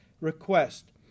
request